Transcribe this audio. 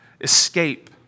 escape